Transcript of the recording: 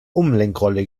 umlenkrolle